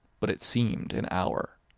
but it seemed an hour.